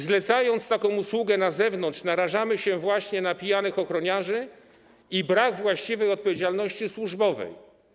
Zlecając taką usługę na zewnątrz, narażamy się właśnie na pijanych ochroniarzy i brak właściwej odpowiedzialności służbowej.